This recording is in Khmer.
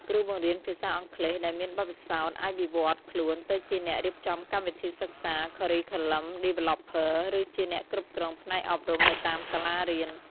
គ្រូបង្រៀនភាសាអង់គ្លេសដែលមានបទពិសោធន៍អាចវិវត្តខ្លួនទៅជាអ្នករៀបចំកម្មវិធីសិក្សា (Curriculum Developer) ឬជាអ្នកគ្រប់គ្រងផ្នែកអប់រំនៅតាមសាលារៀន។